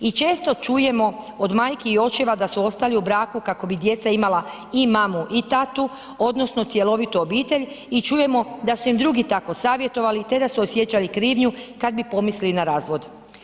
I često čujemo od majki i očeva da su ostali u braku kako bi djeca imala i mamu i tatu odnosno cjelovitu obitelj i čujemo da su im drugi tako savjetovali te da su osjećali krivnju kad bi pomislili na razvod.